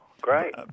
great